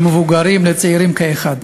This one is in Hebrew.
למבוגרים ולצעירים כאחד.